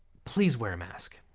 please wear a mask.